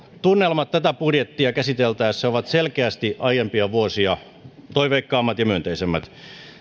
tunnelmat tätä budjettia käsiteltäessä ovat selvästi aiempia vuosia toiveikkaammat ja myönteisemmät